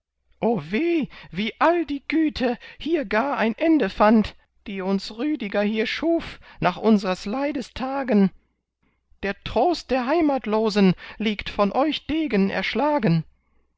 wie all die güte hier gar ein ende fand die uns rüdiger hier schuf nach unsers leides tagen der trost der heimatlosen liegt von euch degen erschlagen